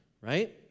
Right